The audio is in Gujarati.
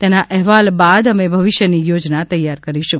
તેના અહેવાલ બાદ અમે ભવિષ્યની યોજના તૈયાર કરીશું